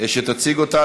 שתציג אותה,